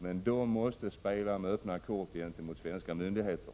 Men de måste spela med öppna kort gentemot svenska myndigheter.